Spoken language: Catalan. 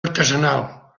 artesanal